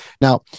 now